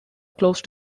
close